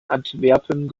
antwerpen